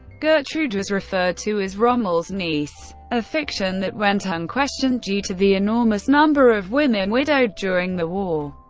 gertrude was referred to as rommel's niece, a fiction that went unquestioned due to the enormous number of women widowed during the war.